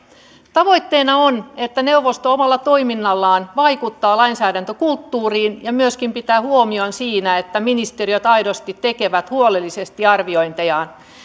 tavoitteena on että neuvosto omalla toiminnallaan vaikuttaa lainsäädäntökulttuuriin ja myöskin pitää huomion siinä että ministeriöt aidosti tekevät huolellisesti arviointejaan